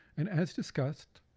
and as discussed,